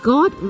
God